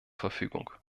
verfügung